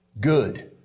good